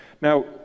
Now